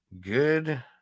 Good